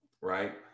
right